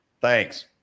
Thanks